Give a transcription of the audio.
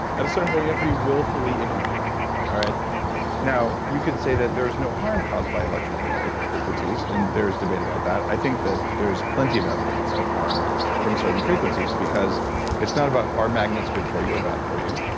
at a certain point you have to be willfully ignorant now you could say that there's no harm caused by electromagnetic frequencies and there's debate about that. i think that there's plenty of evidence of harm from certain frequencies because it's not about are magnets good for you or bad for you.